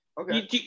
Okay